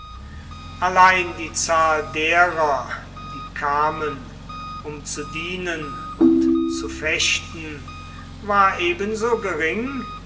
allein die zahl derer die kamen um zu dienen und zu fechten war ebenso gering